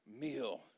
meal